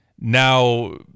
now